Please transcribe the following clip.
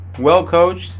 well-coached